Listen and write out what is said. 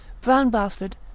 Brown-Bastard